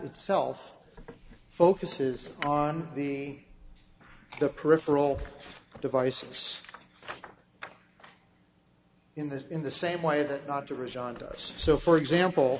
itself focuses on the the peripheral devices in this in the same way that to reside us so for example